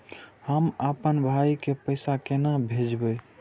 हम आपन भाई के पैसा केना भेजबे?